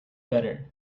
better